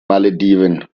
malediven